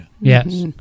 Yes